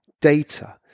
data